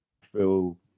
feel